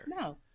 No